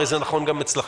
הרי זה נכון גם אצלכם.